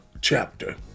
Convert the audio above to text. chapter